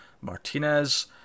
Martinez